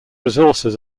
resources